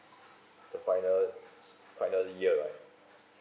the final final year ah